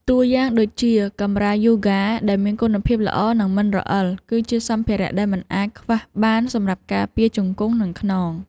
តួយ៉ាងដូចជា កម្រាលយូហ្គា ដែលមានគុណភាពល្អ និងមិនរអិល គឺជាសម្ភារៈដែលមិនអាចខ្វះបានសម្រាប់ការពារជង្គង់ និងខ្នង។